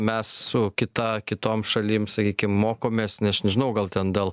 mes su kita kitom šalim sakykim mokomės aš nežinau gal ten dėl